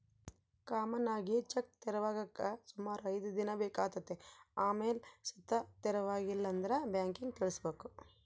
common ಆಗಿ check ತೆರವಾಗಾಕ ಸುಮಾರು ಐದ್ ದಿನ ಬೇಕಾತತೆ ಆಮೇಲ್ ಸುತ ತೆರವಾಗಿಲ್ಲಂದ್ರ ಬ್ಯಾಂಕಿಗ್ ತಿಳಿಸ್ಬಕು